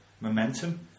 momentum